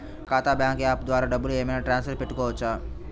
నా ఖాతా bank app ద్వారా డబ్బులు ఏమైనా ట్రాన్స్ఫర్ పెట్టుకోవచ్చా?